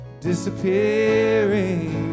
disappearing